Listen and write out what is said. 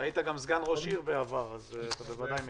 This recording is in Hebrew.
היית גם סגן ראש עיר, אז אתה בוודאי מכיר.